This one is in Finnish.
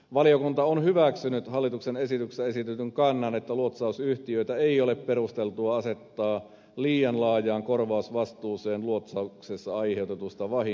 valiokunta on hyväksynyt hallituksen esityksessä esitetyn kannan että luotsausyhtiöitä ei ole perusteltua asettaa liian laajaan korvausvastuuseen luotsauksessa aiheutetuista vahingoista